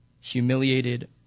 humiliated